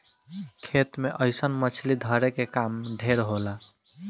खेत मे अइसन मछली धरे के काम ढेर होला